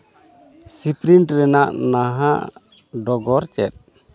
sprint ᱨᱮᱱᱟᱜ ᱱᱟᱦᱟᱜ ᱰᱚᱜᱚᱨ ᱪᱮᱫ